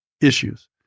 issues